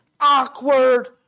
awkward